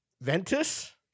Ventus